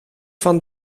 van